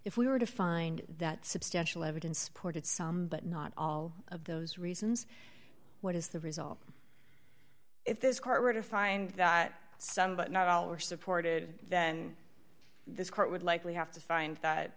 if we were to find that substantial evidence supported some but not all of those reasons what is the result if this court were to find that some but not all were supported then this court would likely have to find that